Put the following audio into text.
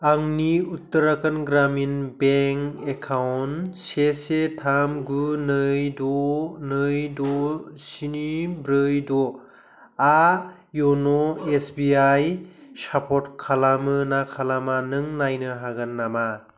आंनि Uttarakhand Gramin bank account से से थाम गु नै द नै द' स्नि ब्रै द'आ इउन' एसबिआइ सापर्ट खालामो ना खालामा नों नायनो हागोन नामा